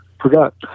forgot